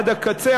עד הקצה,